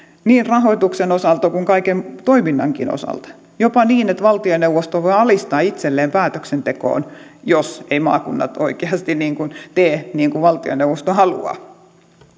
niin rahoituksen osalta kuin kaiken toiminnankin osalta jopa niin että valtioneuvosto voi alistaa itselleen päätöksenteon jos maakunnat eivät oikeasti tee niin kuin valtioneuvosto haluaa